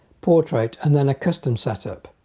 portrait and then a custom setup.